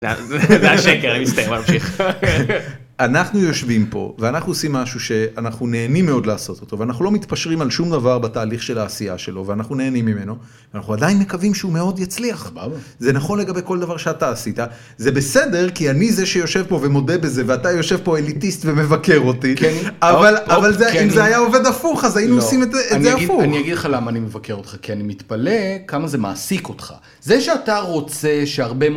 (צחוק) זה היה שקר, אני אצטרך להמשיך. אנחנו יושבים פה ואנחנו עושים משהו שאנחנו נהנים מאוד לעשות אותו ואנחנו לא מתפשרים על שום דבר בתהליך של העשייה שלו ואנחנו נהנים ממנו. אנחנו עדיין מקווים שהוא מאוד יצליח, סבבה, זה נכון לגבי כל דבר שאתה עשית זה בסדר כי אני זה שיושב פה ומודה בזה ואתה יושב פה אליטיסט ומבקר אותי, כי אני, אבל, אבל אם זה היה עובד הפוך, כי אני, אז היינו עושים את זה הפוך. אגיד לך למה אני מבקר אותך כי אני מתפלא כמה זה מעסיק אותך זה שאתה רוצה שהרבה.